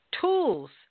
tools